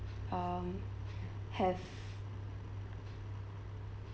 um have